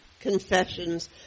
confessions